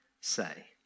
say